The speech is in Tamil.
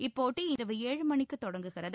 இப்போட்டி இரவு ஏழுமணிக்குத் தொடங்குகிறது